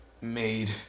made